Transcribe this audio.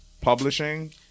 publishing